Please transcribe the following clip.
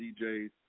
DJs